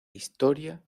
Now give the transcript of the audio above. historia